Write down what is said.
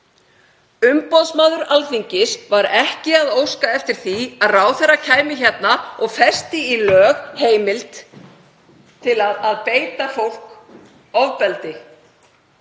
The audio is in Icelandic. Umboðsmaður Alþingis var ekki að óska eftir því að ráðherra kæmi hérna og festi í lög heimild til að beita fólk ofbeldi.